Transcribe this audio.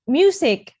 music